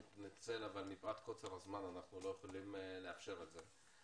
מפאת קוצר הזמן אנחנו לא יכולים לאפשר את זה.